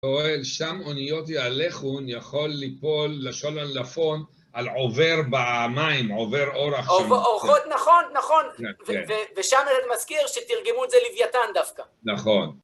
שם אניות יהלכון יכול ליפול לשון עלפון על עובר בעמיים עובר אורח עובר ארחות נכון נכון כן ושם אני מזכיר שתרגמו את זה לוויתן דווקא נכון